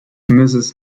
mrs